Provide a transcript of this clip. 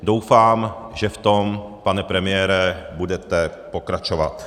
Doufám, že v tom, pane premiére, budete pokračovat.